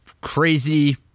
crazy